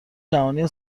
جهانی